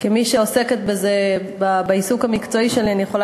כמי שעוסקת בזה כעיסוק מקצועי אני יכולה